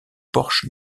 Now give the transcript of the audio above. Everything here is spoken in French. porche